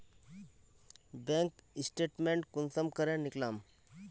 Bank statement कुंसम करे निकलाम?